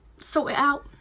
so out,